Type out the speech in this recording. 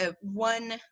one